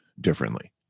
differently